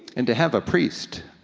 and to have a priest